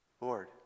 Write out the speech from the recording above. Lord